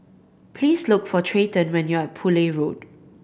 please look for Treyton when you are Poole Road